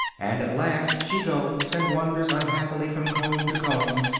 and at last she goes, and wanders unhappily from comb to comb,